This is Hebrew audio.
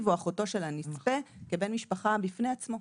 או אחותו של הנספה כבן משפחה בפני עצמו.